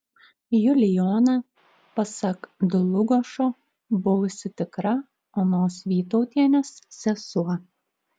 julijona pasak dlugošo buvusi tikra onos vytautienės sesuo